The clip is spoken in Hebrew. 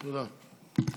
תודה.